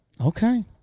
Okay